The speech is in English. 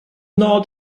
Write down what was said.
not